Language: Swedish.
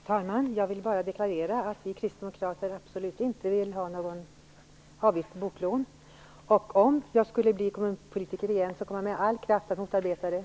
Herr talman! Jag vill bara deklarera att vi kristdemokrater absolut inte vill ha någon avgift för boklån. Om jag blir kommunpolitiker igen, kommer jag med all kraft att motarbeta det.